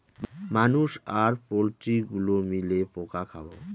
মানুষ আর পোল্ট্রি গুলো মিলে পোকা খাবো